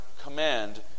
command